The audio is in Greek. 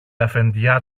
αφεντιά